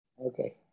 Okay